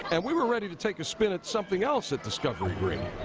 and we were ready to take a spin at something else at discovery green.